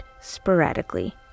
sporadically